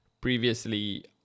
previously